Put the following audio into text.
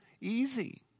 easy